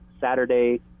Saturday